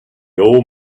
old